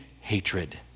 hatred